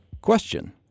Question